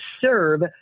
serve